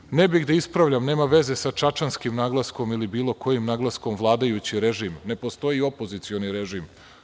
Kažete, ne bih da ispravljam, nema veze sa čačanskim naglaskom ili bilo kojim naglaskom, vladajući režim, ne postoji opozicioni režim.